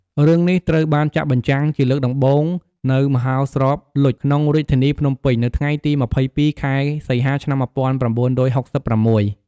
រឿងនេះត្រូវបានចាក់បញ្ចាំងជាលើកដំបូងនៅមហោស្រពលុច្ស ក្នុង រាជធានីភ្នំពេញ នៅថ្ងៃទី២០ ខែសីហា ឆ្នាំ១៩៦៦។